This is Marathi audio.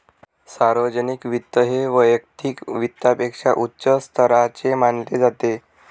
सार्वजनिक वित्त हे वैयक्तिक वित्तापेक्षा उच्च स्तराचे मानले जाते